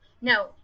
no